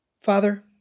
Father